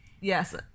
Yes